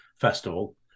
festival